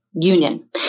union